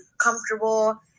comfortable